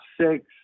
six